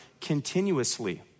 continuously